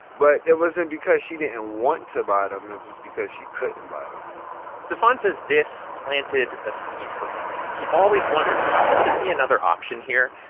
but it wasn't because she didn't want to buy them. it was because she couldn't buy them stephon says this planted a seed for him. he always wondered, couldn't there be another option here?